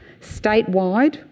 statewide